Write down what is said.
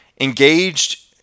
engaged